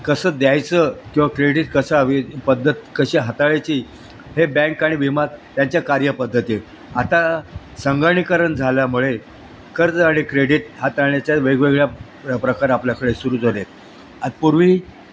कसं द्यायचं किंवा क्रेडीट कसं अवि पद्धत कशी हाताळायची हे बँक आणि विमा त्यांच्या कार्यपद्धती आहेत आता संगणीकरण झाल्यामुळे कर्ज आणि क्रेडीट हाताळण्याच्या वेगवेगळ्या प्र प्रकार आपल्याकडे सुरू झाले आहेत आत पूर्वी